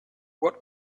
what